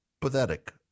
pathetic